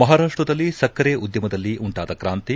ಮಹಾರಾಷ್ಟ ದಲ್ಲಿ ಸಕ್ಕರೆ ಉದ್ಯಮದಲ್ಲಿ ಉಂಟಾದ ಕ್ರಾಂತಿ